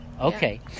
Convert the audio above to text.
Okay